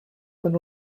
been